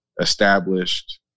established